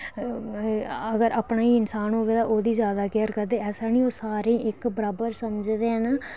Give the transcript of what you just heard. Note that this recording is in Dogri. अगर अपना ई इन्सान होऐ ते ओह्दी जादा केयर करदे ऐसी निं ओह् सारें ई इक्क बराबर समझदे न